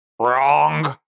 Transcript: Wrong